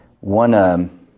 One